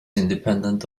independent